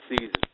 season